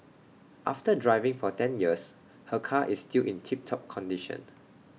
after driving for ten years her car is still in tip top condition